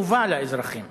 חובה לאזרחים.